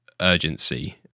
urgency